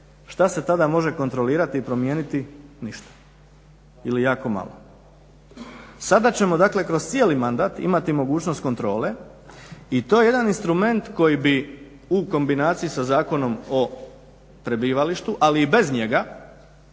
Šta se tada može kontrolirati i promijeniti, ništa ili jako malo. Sada ćemo kroz cijeli mandat imati mogućnost kontrole i to je jedan instrument koji bi u kombinaciji sa Zakonom o prebivalištu, ali i bez njega